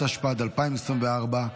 התשפ"ד 2024,